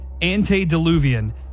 Antediluvian